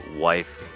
wife